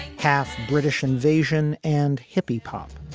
half british invasion and hippie pop